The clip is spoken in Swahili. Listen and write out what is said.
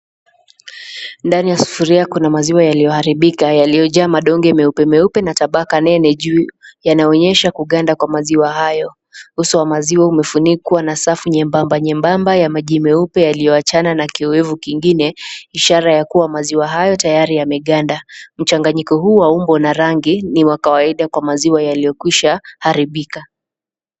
Ndani ya sufuria kuna maziwa yaliyoharibika yaliojaa madonge meupe meupe na tabaka nene juu, yanaonyesha kuganda kwa maziwa hayo. Uso wa maziwa umefunikwa na safu nyembamba nyembamba ya maji meupe yalioachana na kiwevu kingine ishara ya kuwa maziwa hayo tayari yameganda. Mchanganyiko huu wa umbo na rangi ni wa kawaida kwa maziwa yaliokwisha haribika.